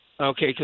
Okay